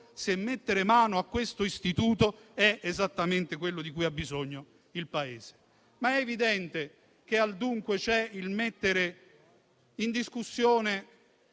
se mettere mano a questo istituto è esattamente quello di cui ha bisogno il Paese. È evidente però che al dunque c'è la messa in discussione